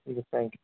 ٹھیک ہے thank you